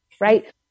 right